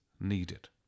needed